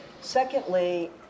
Secondly